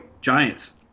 Giants